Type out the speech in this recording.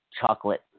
chocolate